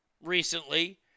recently